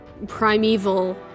Primeval